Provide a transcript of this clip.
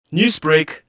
Newsbreak